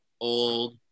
old